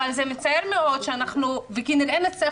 אבל זה מצער מאוד שאנחנו וכנראה נצטרך